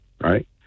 Right